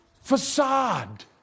facade